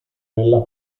nella